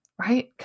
right